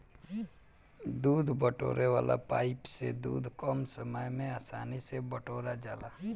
दूध बटोरे वाला पाइप से दूध कम समय में आसानी से बटोरा जाला